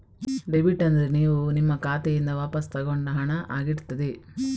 debit ಅಂದ್ರೆ ನೀವು ನಿಮ್ಮ ಖಾತೆಯಿಂದ ವಾಪಸ್ಸು ತಗೊಂಡ ಹಣ ಆಗಿರ್ತದೆ